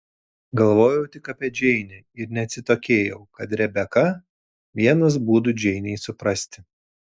galvojau tik apie džeinę ir neatsitokėjau kad rebeka vienas būdų džeinei suprasti